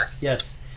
Yes